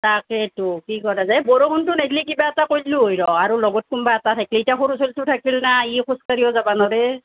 তাকেতো কি ক'ৰা যায় এই বৰষুণটো নিদিলে কিবা এটা কৰিলো হয় ৰহ আৰু লগত কোনোবা এটা থাকিল এতিয়া সৰু চলিতো থাকিল না ই খোজকাঢ়িও যাব নোৱাৰে